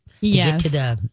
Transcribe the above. Yes